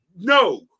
no